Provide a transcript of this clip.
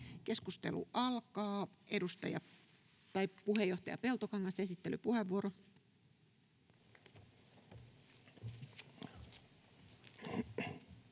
Keskustelu alkaa. Puheenjohtaja Peltokangas, esittelypuheenvuoro.